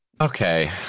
okay